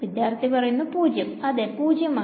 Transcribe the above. വിദ്യാർത്ഥി 0 അതെ 0